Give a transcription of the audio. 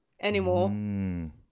anymore